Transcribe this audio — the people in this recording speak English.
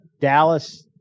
Dallas